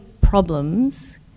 problems